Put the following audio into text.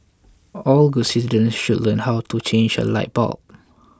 all good citizens should learn how to change a light bulb